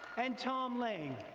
and tom laing.